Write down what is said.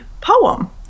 poem